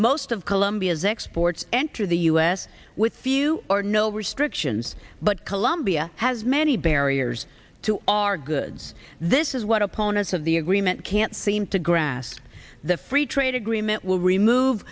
most of colombia's exports enter the u s with few or no restrictions but colombia has many barriers to our goods this is what opponents of the agreement can't seem to grasp the free trade agreement will remove